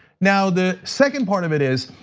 now the second part of it is,